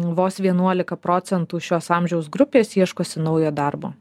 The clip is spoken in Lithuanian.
vos vienuolika procentų šios amžiaus grupės ieškosi naujo darbo